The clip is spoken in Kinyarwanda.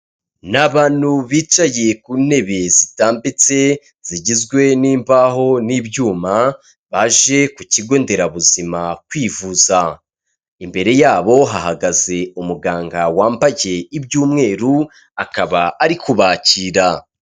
Ni abantu bicaye ku ntebe zitambitse zigizwe n'imbaho n'ibyuma baje ku kigonderabuzima kwivuza, imbere yabo hahagaze umuganga wambaye iby'umweru akaba ari kubakira.